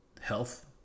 health